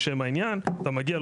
אתה מגיע,